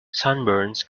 sunburns